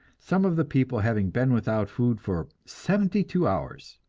some of the people having been without food for seventy-two hours!